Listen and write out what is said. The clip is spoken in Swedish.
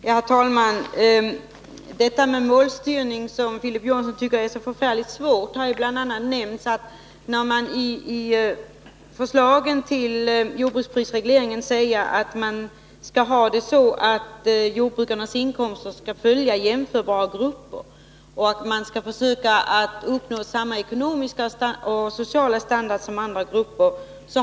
Herr talman! Beträffande detta med målstyrning — som Filip Johansson tycker är så väldigt svårt — har bl.a. nämnts i samband med förslagen till jordbruksprisregleringen att jordbrukarnas inkomster skall följa jämförbara gruppers och att man skall försöka uppnå samma ekonomiska och sociala standard som andra grupper har.